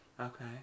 Okay